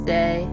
day